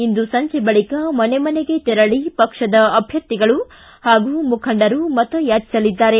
ಇಂದು ಸಂಜೆ ಬಳಿಕ ಮನೆ ಮನೆಗೆ ತೆರಳಿ ಪಕ್ಷದ ಅಭ್ಯರ್ಥಿಗಳು ಹಾಗೂ ಮುಖಂಡರು ಮತ ಯಾಚಿಸಲಿದ್ದಾರೆ